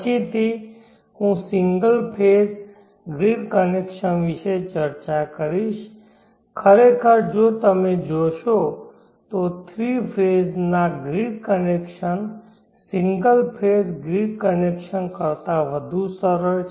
પછીથી હું single phase grid connection વિશે ચર્ચા કરીશ ખરેખર જો તમે જોશો તો થ્રી ફેજ ના grid connection single phase grid connection કરતા વધુ સરળ છે